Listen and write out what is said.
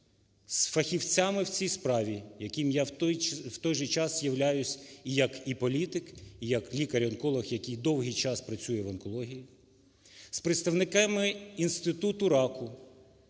з фахівцями в цій справі, яким я в той же час являюсь як і політик, і як лікар-онколог, який довгий час працює в онкології, з представниками інституту раку,